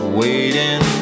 waiting